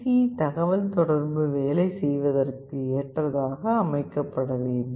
C தகவல்தொடர்பு வேலை செய்வதற்கு ஏற்றதாக அமைக்கப்பட வேண்டும்